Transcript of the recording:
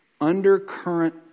undercurrent